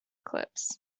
clips